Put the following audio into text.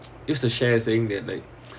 used to share saying that like